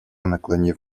наклонив